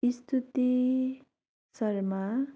स्तुति शर्मा